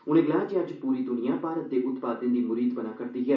उनें गलाया जे अज्ज पूरी द्निया भारत दे उत्पादें दी मुरीद बना करदी ऐ